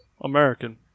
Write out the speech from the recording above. American